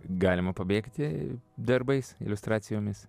galima pabėgti darbais iliustracijomis